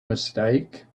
mistake